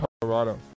Colorado